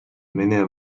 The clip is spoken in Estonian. mine